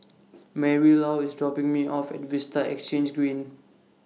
Marylou IS dropping Me off At Vista Exhange Green